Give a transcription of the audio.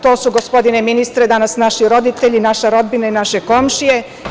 To su, gospodine ministre, danas naši roditelji, naša rodbina i naše komšije.